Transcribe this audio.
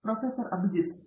professor Abhijit P